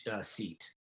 seat